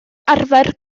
arfer